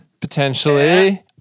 potentially